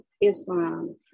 Islam